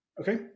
Okay